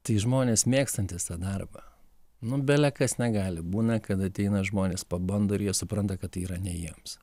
tai žmonės mėgstantys tą darbą nu belekas negali būna kad ateina žmonės pabando ir jie supranta kad tai yra ne jiems